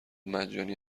مجانی